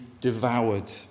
devoured